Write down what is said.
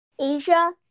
Asia